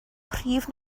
prif